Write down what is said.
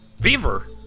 Fever